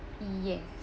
yes